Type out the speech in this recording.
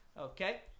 Okay